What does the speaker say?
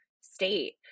state